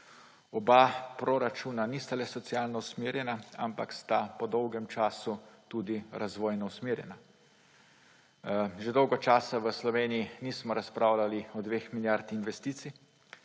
Oba proračuna nista le socialno usmerjena, ampak sta po dolgem času tudi razvojno usmerjena. Že dolgo časa v Sloveniji nismo razpravljali o dveh milijardah investicij.